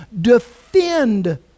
defend